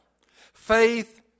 Faith